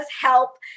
help